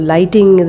Lighting